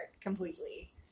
completely